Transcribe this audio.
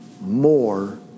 more